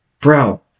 Bro